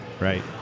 right